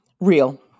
real